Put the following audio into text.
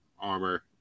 armor